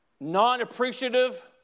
non-appreciative